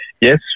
Yes